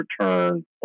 return